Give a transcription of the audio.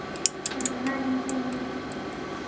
ᱠᱷᱟᱱ ᱚᱱᱟᱜᱤᱧ ᱯᱷᱳᱱ ᱮᱫᱼᱟ